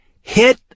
hit